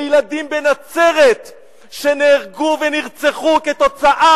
לילדים בנצרת שנהרגו ונרצחו כתוצאה